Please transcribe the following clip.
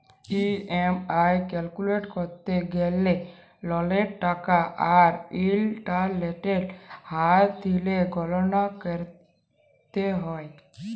EMI calculate ক্যরতে গ্যালে ললের টাকা আর ইলটারেস্টের হার দিঁয়ে গললা ক্যরতে হ্যয়